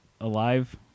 alive